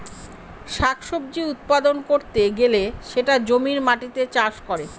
শাক সবজি উৎপাদন করতে গেলে সেটা জমির মাটিতে চাষ করে